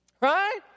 Right